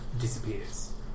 disappears